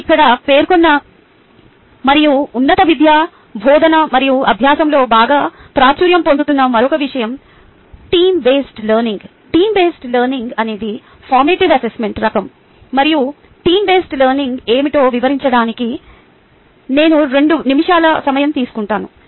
నేను ఇక్కడ పేర్కొన్న మరియు ఉన్నత విద్య బోధన మరియు అభ్యాసంలో బాగా ప్రాచుర్యం పొందుతున్న మరొక విషయం team based learning team based learning అనేది ఫార్మేటివ్ అసెస్మెంట్ రకం మరియు టీమ్ బేస్డ్ లెర్నింగ్ ఏమిటో వివరించడానికి నేను రెండు నిమిషాల సమయం తీసుకుంటున్నాను